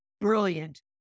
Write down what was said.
Brilliant